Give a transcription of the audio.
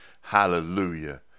Hallelujah